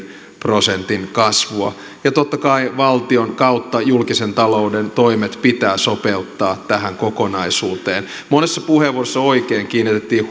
prosentin kasvua ja totta kai valtion kautta julkisen talouden toimet pitää sopeuttaa tähän kokonaisuuteen monissa puheenvuoroissa oikein kiinnitettiin